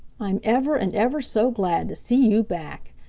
i'm ever and ever so glad to see you back.